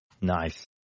Nice